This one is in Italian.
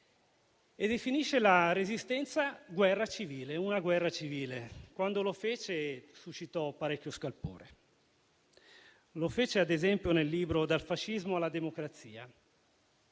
e definisce la Resistenza una guerra civile. Quando lo fece, suscitò parecchio scalpore. Lo fece ad esempio nel libro «Dal fascismo alla democrazia».